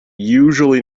usually